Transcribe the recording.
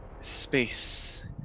space